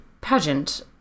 pageant